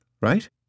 right